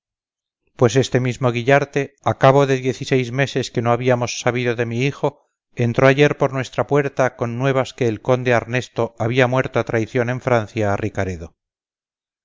pues este mismo guillarte a cabo de diez y seis meses que no habíamos sabido de mi hijo entró ayer por nuestra puerta con nuevas que el conde arnesto había muerto a traición en francia a ricaredo